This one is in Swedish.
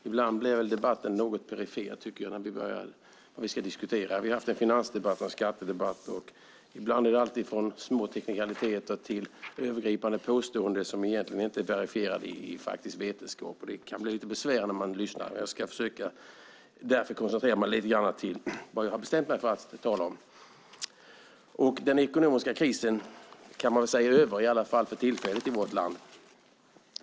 Herr talman! Ibland blir debatten något perifer. Vi har haft en finansdebatt och har nu en skattedebatt. Det har handlat om allt från små teknikaliteter till övergripande påståenden som egentligen inte är verifierade i faktisk vetenskap. Det kan bli lite besvärligt när man lyssnar. Jag ska därför koncentrera mig på det som jag bestämt mig för att tala om. Den ekonomiska krisen är över, i alla fall för tillfället, i vårt land.